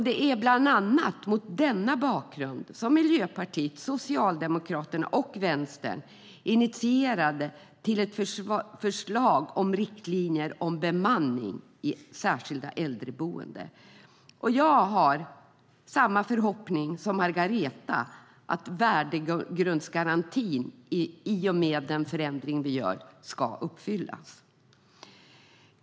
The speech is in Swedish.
Det var bland annat mot denna bakgrund som Miljöpartiet, Socialdemokraterna och Vänstern initierade ett förslag om riktlinjer för bemanning i särskilda äldreboenden. Jag har samma förhoppning som Margareta, att värdighetsgarantin, i och med den förändring vi gör, ska uppfyllas.